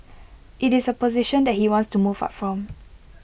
IT is A position that he wants to move up from